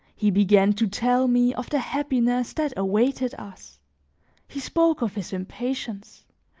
he began to tell me of the happiness that awaited us he spoke of his impatience,